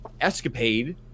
escapade